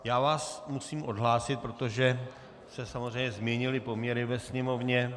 Já vás musím odhlásit, protože se samozřejmě změnily poměry ve sněmovně.